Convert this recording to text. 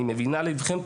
אני מבינה ללבכם,